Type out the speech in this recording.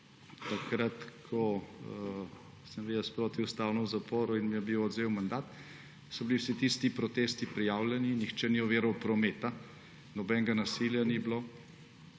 takrat ko sem bil jaz protiustavno v zaporu in mi je bil odvzet mandat, so bili vsi tisti protesti prijavljeni, nihče ni oviral prometa, nobenega nasilja ni bilo,